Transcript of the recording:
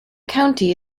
county